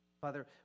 Father